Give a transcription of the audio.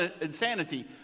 insanity